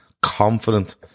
confident